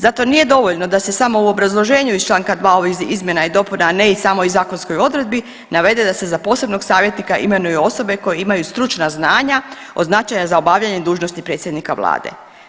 Zato nije dovoljno da se samo u obrazloženju iz Članka 2. ovih izmjena i dopuna, a ne i samoj zakonskoj odredbi navede da se za posebnog savjetnika imenuju osobe koje imaju stručna znanja od značaja za obavljanje dužnosti predsjednika vlade.